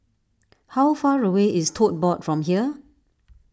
how far away is Tote Board from here